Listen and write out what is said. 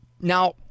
Now